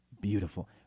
Beautiful